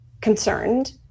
concerned